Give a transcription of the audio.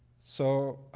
so,